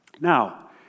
Now